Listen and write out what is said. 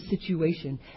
situation